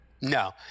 No